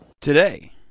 Today